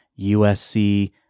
USC